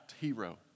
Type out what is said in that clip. hero